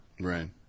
Right